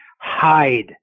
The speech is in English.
hide